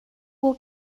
will